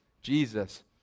Jesus